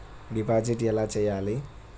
Deposit ఎలా చెయ్యాలి?